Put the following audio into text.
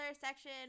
section